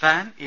fan A